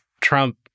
Trump